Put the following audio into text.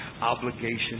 obligation